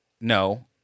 No